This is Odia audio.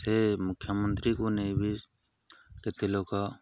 ସେ ମୁଖ୍ୟମନ୍ତ୍ରୀକୁ ନେଇ ବି କେତେ ଲୋକ